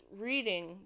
reading